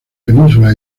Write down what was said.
península